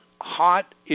hot